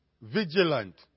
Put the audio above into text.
vigilant